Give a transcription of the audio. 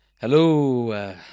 Hello